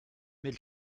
mais